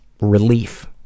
relief